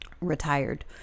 retired